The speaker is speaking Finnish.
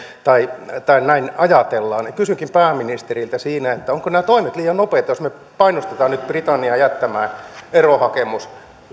tai tai näin ajatellaan kysynkin pääministeriltä ovatko nämä toimet liian nopeita jos me painostamme nyt britanniaa jättämään erohakemuksen